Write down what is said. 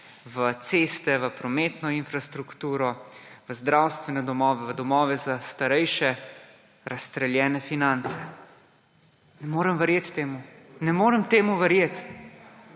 v ceste, v prometno infrastrukturo, zdravstvene domove, v domove za starejše razstreljene finance, ne morem verjeti temu. Ne morem temu verjeti!